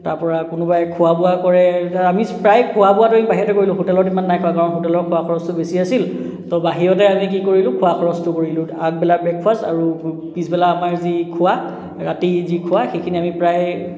তাৰ পৰা কোনোবাই খোৱা বোৱা কৰে আমি প্ৰায় খোৱা বোৱাটো আমি বাহিৰতে কৰিলোঁ হোটেলত ইমান নাই কৰা কাৰণ হোটেলত খোৱা খৰচটো বেছি আছিল তো বাহিৰতে আমি কি কৰিলোঁ খোৱা খৰচটো কৰিলোঁ আগবেলা ব্ৰেকফাষ্ট আৰু পিছবেলা আমাৰ যি খোৱা ৰাতি যি খোৱা সেইখিনি আমি প্ৰায়